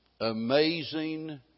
Amazing